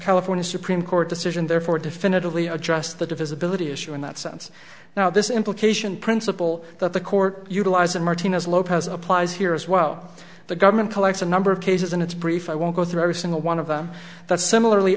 california supreme court decision therefore definitively addressed the divisibility issue in that sense now this implication principle that the court utilized martinez lopez applies here as well the government collects a number of cases and it's brief i won't go through every single one of them that similarly